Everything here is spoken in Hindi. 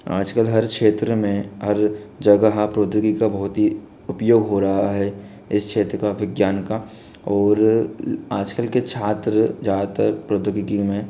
आजकल हर क्षेत्र में हर जगह प्रौद्योगिकी का कब होती उपयोग हो रहा है इस क्षेत्र का विज्ञान का और आजकल के छात्र ज़्यादातर प्रौद्योगिकी में